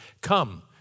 Come